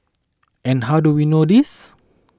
and how do we know this